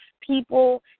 people